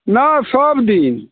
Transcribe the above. नहि सबदिन